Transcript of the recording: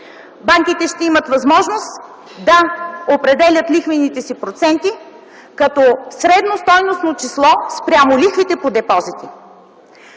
Банките ще имат възможност да определят лихвените си проценти като средно стойностно число спрямо лихвите по депозитите.